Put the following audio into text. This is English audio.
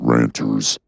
Ranters